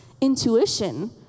intuition